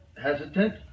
hesitant